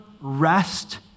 rest